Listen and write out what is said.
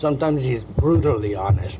sometimes he's brutally honest